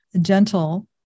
gentle